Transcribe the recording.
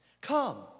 Come